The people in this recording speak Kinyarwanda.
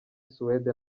suwede